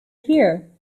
here